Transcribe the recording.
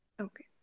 Okay